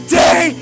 day